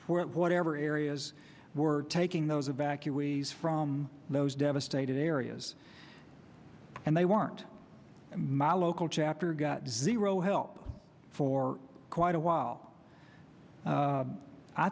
for whatever areas were taking those evacuees from those devastated areas and they weren't and my local chapter got zero help for quite a while